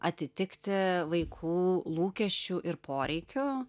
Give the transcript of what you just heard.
atitikti vaikų lūkesčių ir poreikių